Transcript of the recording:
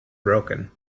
broken